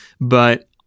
But-